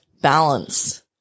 balance